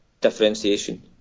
differentiation